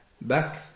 back